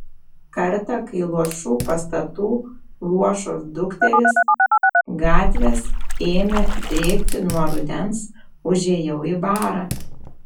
kartą kai luošų pastatų luošos dukterys gatvės ėmė drėkti nuo rudens užėjau į barą